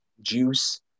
juice